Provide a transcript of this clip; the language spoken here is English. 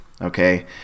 Okay